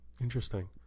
Interesting